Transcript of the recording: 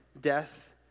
death